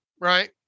right